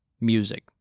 Music